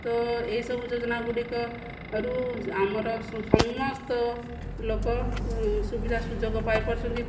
ତ ଏହି ସବୁ ଯୋଜନାଗୁଡ଼ିକ ରୁ ଆମର ସମସ୍ତ ଲୋକ ସୁବିଧା ସୁଯୋଗ ପାଇପାରୁଛନ୍ତି